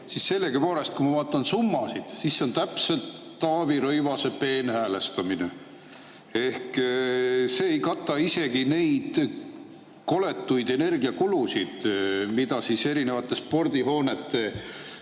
siis sellegipoolest, kui ma vaatan summasid, siis see on täpselt Taavi Rõivase peenhäälestamine ehk see ei kata isegi neid koletuid energiakulusid, mida spordihoonete